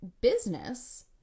business